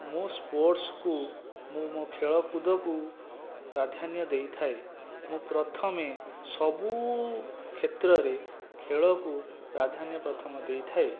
ମୁଁ ସ୍ପୋର୍ଟସକୁ ମୁଁ ମୋ ଖେଳ କୁଦକୁ ପ୍ରାଧାନ୍ୟ ଦେଇଥାଏ ମୁଁ ପ୍ରଥମେ ସବୁ କ୍ଷେତ୍ରରେ ଖେଳକୁ ପ୍ରାଧାନ୍ୟ ପ୍ରଥମ ଦେଇଥାଏ